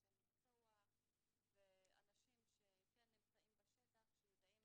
אנשי מקצוע ואנשים שכן נמצאים בשטח ויודעים